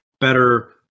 better